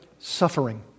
suffering